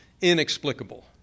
inexplicable